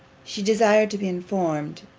she desired to be informed,